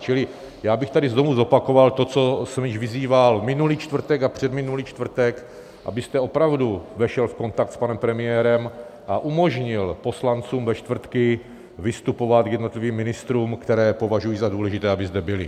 Čili já bych tady znovu zopakoval to, k čemu jsem již vyzýval minulý čtvrtek a předminulý čtvrtek, abyste opravdu vešel v kontakt s panem premiérem a umožnil poslancům ve čtvrtky vystupovat k jednotlivým ministrům, které považují za důležité, aby zde byli.